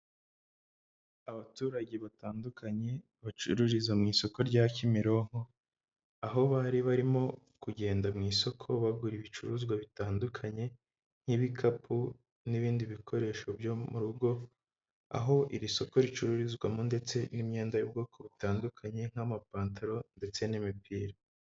Abaturage batandukanye bacururiza mu isoko rya Kimironko aho bari barimo kugenda mu isoko bagura ibicuruzwa bitandukanye nk'ibikapu n'ibindi bikoresho byo mu rugo, aho iri soko ricururizwamo ndetse n'imyenda y'ubwoko butandukanye nk'amapantaro ndetse n'imipira.